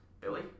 Billy